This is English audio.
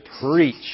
preach